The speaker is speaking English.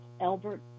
Albert